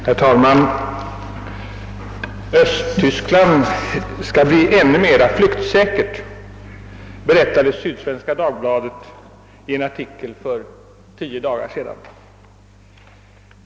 Herr talman! Östtyskland skall bli ännu mera flyktsäkert, berättade Sydsvenska Dagbladet i en artikel för tio dagar sedan.